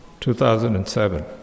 2007